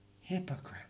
Hypocrite